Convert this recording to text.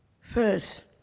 First